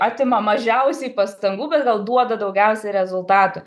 atima mažiausiai pastangų bet gal duoda daugiausiai rezultatų